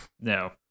No